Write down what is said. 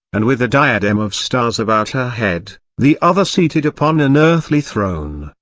and with a diadem of stars about her head the other seated upon an earthly throne,